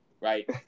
right